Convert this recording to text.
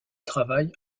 travaille